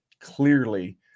clearly